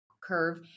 curve